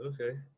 Okay